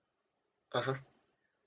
(uh huh)